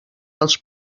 als